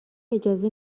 اجازه